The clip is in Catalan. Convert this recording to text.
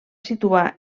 situar